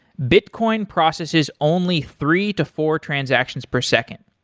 bitcoin processes only three to four transactions per second.